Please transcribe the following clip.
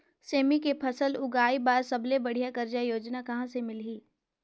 सेमी के फसल उगाई बार सबले बढ़िया कर्जा योजना कहा ले मिलही?